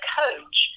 coach